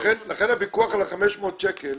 לכן הוויכוח על ה-500 שקלים,